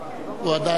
הוא עדיין נמצא,